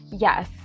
Yes